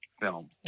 film